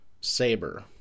Saber